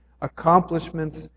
accomplishments